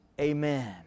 amen